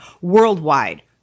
worldwide